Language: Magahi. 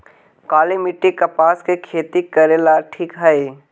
काली मिट्टी, कपास के खेती करेला ठिक हइ?